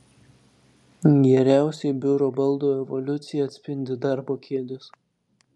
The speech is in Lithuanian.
geriausiai biuro baldų evoliuciją atspindi darbo kėdės